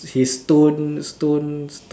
his stone stone